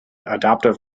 adoptive